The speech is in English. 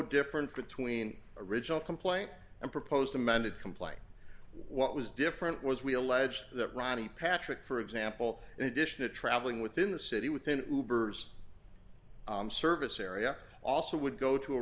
different to tween original complaint and proposed amended complaint what was different was we alleged that ronnie patrick for example in addition to traveling within the city within goobers service area also would go to a